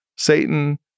Satan